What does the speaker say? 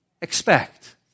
Expect